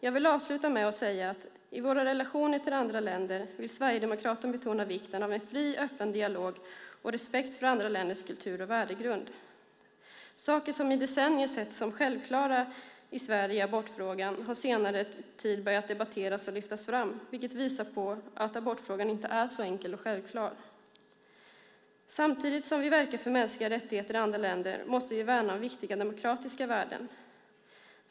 Jag vill avsluta med att säga att i våra relationer till andra länder vill Sverigedemokraterna betona vikten av en fri och öppen dialog och respekt för andra länders kultur och värdegrund. Saker som i decennier har setts som självklara i Sverige i abortfrågan har på senare tid börjat debatteras och lyftas fram, vilket visar på att abortfrågan inte är så enkel och självklar. Samtidigt som vi verkar för mänskliga rättigheter i andra länder måste vi värna viktiga demokratiska värden.